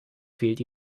fehlt